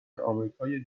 آمریکای